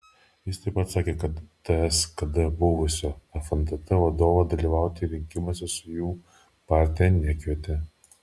jis taip pat sakė kad ts kd buvusio fntt vadovo dalyvauti rinkimuose su jų partija nekvietė